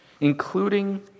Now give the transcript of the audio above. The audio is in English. Including